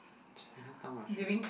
Chinatown mushroom